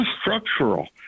structural